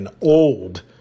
old